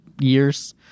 years